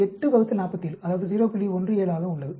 17 ஆக உள்ளது